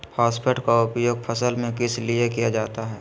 Phosphate की उपयोग फसल में किस लिए किया जाता है?